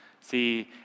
See